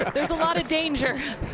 of there was a lot of danger.